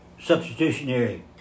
substitutionary